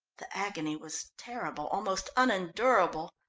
the agony was terrible, almost unendurable.